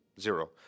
Zero